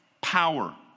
power